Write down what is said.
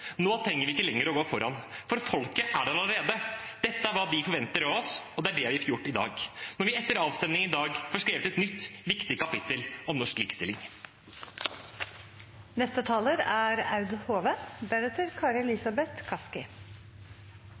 Nå trenger vi ikke lenger å gå foran, for folket er der allerede. Dette er hva de forventer av oss, og det er det vi gjør i dag når vi etter avstemningen får skrevet et nytt kapittel om norsk